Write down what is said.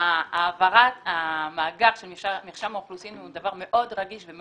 העברת המאגר של מרשם האוכלוסין הוא דבר מאוד רגיש.